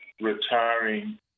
retiring